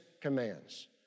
commands